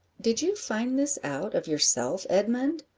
did you find this out of yourself, edmund?